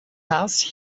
house